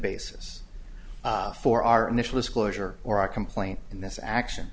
basis for our initial disclosure or a complaint in this action